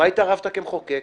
מה התערבת כמחוקק?